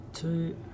Two